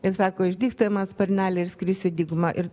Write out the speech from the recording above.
ir sako išdygs toj man sparneliai ir skrisiu į dykumą ir